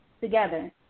together